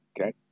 Okay